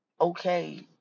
okay